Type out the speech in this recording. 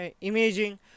imaging